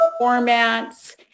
formats